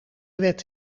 wet